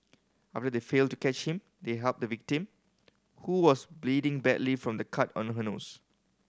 after they failed to catch him they helped the victim who was bleeding badly from the cut on her nose